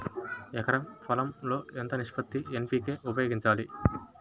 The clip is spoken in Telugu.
ఎకరం పొలం లో ఎంత నిష్పత్తి లో ఎన్.పీ.కే ఉపయోగించాలి?